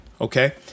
Okay